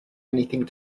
anything